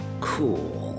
Cool